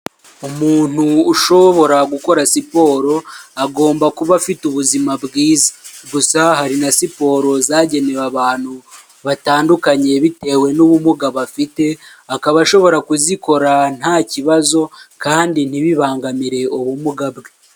Umuntu ushobora gukora siporo, agomba kuba afite ubuzima bwiza. Gusa hari na siporo zagenewe abantu batandukanye bitewe n'ubumuga bafite, akaba ashobora kuzikora nta kibazo, kandi ntibibangamire ubumuga bwe.